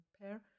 pair